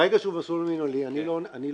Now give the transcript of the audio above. ברגע שהוא במסלול המינהלי, אני לא שם.